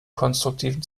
konstruktiven